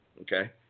Okay